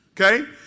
Okay